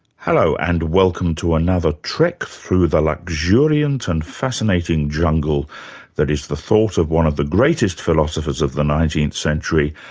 hello, and welcome to another trek through the luxuriant and fascinating jungle that is the thought of one of the greatest philosophers of the nineteenth century,